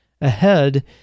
ahead